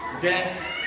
death